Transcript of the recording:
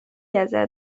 ازت